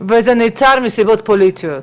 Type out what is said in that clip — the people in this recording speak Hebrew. וזה נעצר מסיבות פוליטיות.